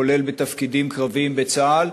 כולל בתפקידים קרביים בצה"ל,